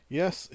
yes